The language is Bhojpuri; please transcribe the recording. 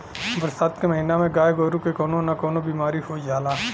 बरसात के महिना में गाय गोरु के कउनो न कउनो बिमारी हो जाला